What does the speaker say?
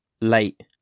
late